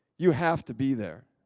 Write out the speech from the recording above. you have to be there.